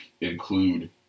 include